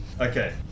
Okay